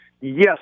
yes